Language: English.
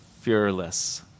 fearless